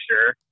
sure